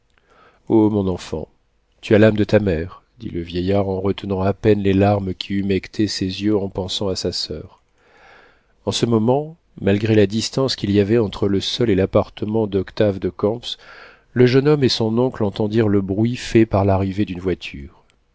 mon enfant tu as l'âme de ta mère dit le vieillard en retenant à peine les larmes qui humectaient ses yeux en pensant à sa soeur en ce moment malgré la distance qu'il y avait entre le sol et l'appartement d'octave de camps le jeune homme et son oncle entendirent le bruit fait par l'arrivée d'une voiture